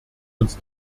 uns